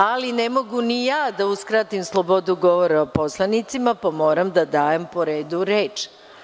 Ali, ne mogu ni ja da uskratim slobodu govora poslanicima, pa moram da dajem po redu reč.